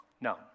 No